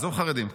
עזוב חרדים,